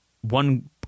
one